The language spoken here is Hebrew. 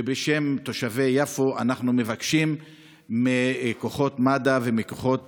ובשם תושבי יפו אנחנו מבקשים מכוחות מד"א ומכוחות